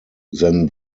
than